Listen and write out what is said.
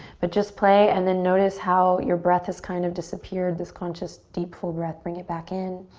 but just play and then notice how your breath has kind of disappeared. this conscious, deep, full breath. bring it back in.